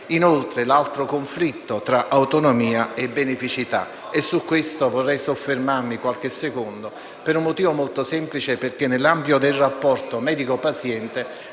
Inoltre, l'altro conflitto è tra autonomia e beneficità: su questo vorrei soffermarmi qualche secondo per un motivo molto semplice, perché nell'ambito del rapporto medico-paziente